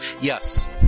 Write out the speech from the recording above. Yes